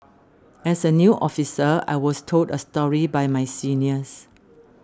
as a new officer I was told a story by my seniors